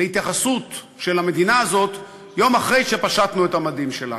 להתייחסות של המדינה הזאת יום אחרי שפשטנו את המדים שלנו,